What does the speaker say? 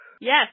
Yes